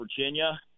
Virginia